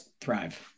thrive